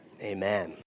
Amen